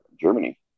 Germany